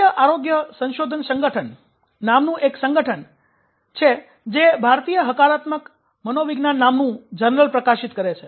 ભારતીય આરોગ્ય સંશોધન સંગઠન નામનું સંગઠન છે જે ભારતીય હકારાત્મક મનોવિજ્ઞાન નામનું જર્નલ પ્રકાશિત કરે છે